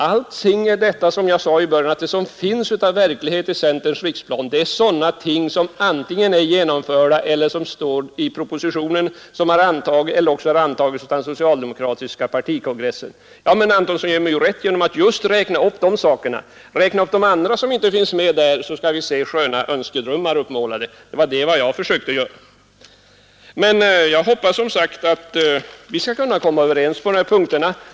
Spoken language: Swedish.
Allt som finns av verklighet av centerns riksplaner är, som jag sade tidigare, sådana ting som antingen är genomförda, som står i propositionen eller som har föreslagits av den socialdemokratiska partikongressen. Men herr Antonsson ger mig rätt just genom att räkna upp de sakerna. Räkna också upp de andra, som inte finns med där, så får vi se sköna önskedrömmar utmålade! Det är detta som jag har försökt visa. Jag hoppas som sagt att vi skall kunna komma överens på de här punkterna.